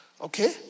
Okay